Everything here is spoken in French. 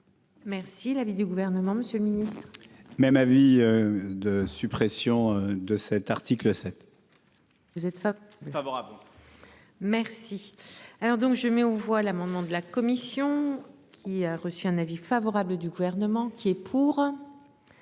Merci l'avis du gouvernement, Monsieur Ministre. Même avis de suppression de cet article 7. Vous êtes pas favorable. Merci. Alors donc je mets aux voix l'amendement de la commission qui a reçu un avis favorable du gouvernement. Qui est pour.